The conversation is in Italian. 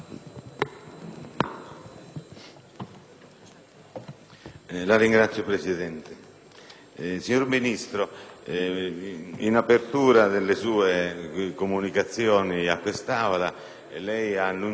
Signora Presidente, signor Ministro, in apertura delle sue comunicazioni a quest'Aula ha annunciato un atto importante.